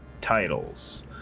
titles